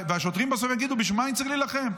והשוטרים יגידו בסוף: בשביל מה אני צריך להילחם?